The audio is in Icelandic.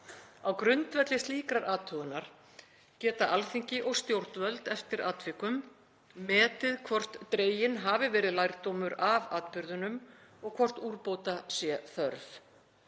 Á grundvelli slíkrar athugunar geta Alþingi og stjórnvöld eftir atvikum metið hvort dreginn hafi verið lærdómur af atburðunum og hvort úrbóta sé þörf.